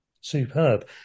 superb